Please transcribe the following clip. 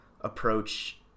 approach